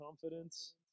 confidence